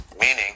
meaning